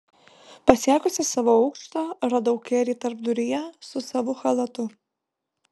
pasiekusi savo aukštą radau kerį tarpduryje su savu chalatu